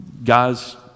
Guys